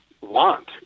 want